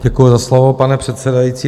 Děkuji za slovo, pane předsedající.